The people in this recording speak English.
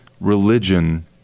religion